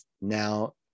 now